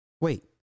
Wait